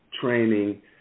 training